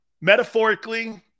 Metaphorically